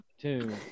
two